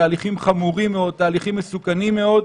אלה תהליכים חמורים מאוד ומסוכנים מאוד,